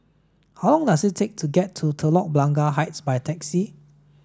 how long does it take to get to Telok Blangah Heights by taxi